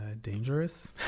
dangerous